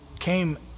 Came